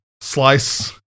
Slice